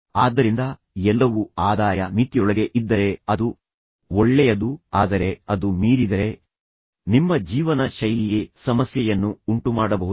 ಆದ್ದರಿಂದ ಎಲ್ಲವೂ ಆದಾಯ ಮಿತಿಯೊಳಗೆ ಇದ್ದರೆ ಅದು ಒಳ್ಳೆಯದು ಆದರೆ ಅದು ಮೀರಿದರೆ ನಿಮ್ಮ ಜೀವನ ಶೈಲಿಯೇ ಸಮಸ್ಯೆಯನ್ನು ಉಂಟುಮಾಡಬಹುದು